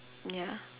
ya